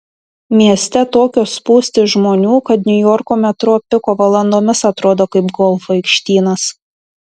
mieste tokios spūstys žmonių kad niujorko metro piko valandomis atrodo kaip golfo aikštynas